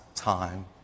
Time